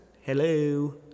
hello